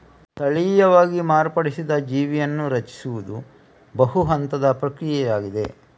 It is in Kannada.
ತಳೀಯವಾಗಿ ಮಾರ್ಪಡಿಸಿದ ಜೀವಿಯನ್ನು ರಚಿಸುವುದು ಬಹು ಹಂತದ ಪ್ರಕ್ರಿಯೆಯಾಗಿದೆ